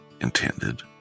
intended